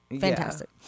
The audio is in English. Fantastic